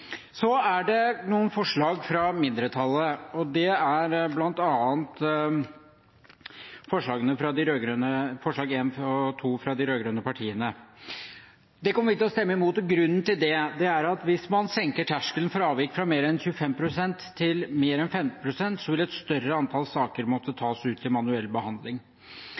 Så er det noen forslag fra mindretallet, og det er bl.a. forslag nr. 1, fra de rød-grønne partiene og forslag nr. 2, fra Senterpartiet. Dem kommer vi til å stemme imot. Grunnen til det er at hvis man senker terskelen for avvik fra mer enn 25 pst. til mer enn 15 pst., vil et større antall saker måtte tas ut til manuell behandling.